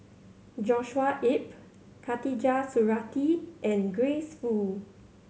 Joshua Ip Khatijah Surattee and Grace Fu